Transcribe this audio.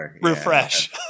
Refresh